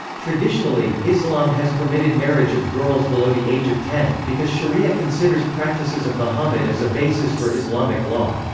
traditionally, islam has permitted marriage of girls below the age of ten, because sharia considers practices of muhammad as a basis for islamic law.